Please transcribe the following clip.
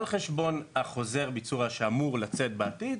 חשבון חוזר הביצוע שאמור לצאת בעתיד,